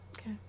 Okay